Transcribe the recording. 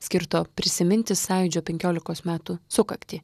skirto prisiminti sąjūdžio penkiolikos metų sukaktį